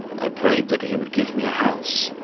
i prayed that he would give me a house,